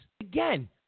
Again